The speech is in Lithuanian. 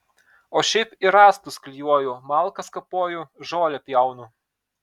o šiaip ir rąstus klijuoju malkas kapoju žolę pjaunu